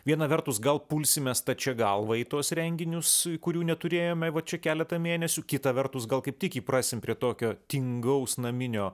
viena vertus gal pulsime stačia galva į tuos renginius kurių neturėjome va čia keletą mėnesių kita vertus gal kaip tik įprasim prie tokio tingaus naminio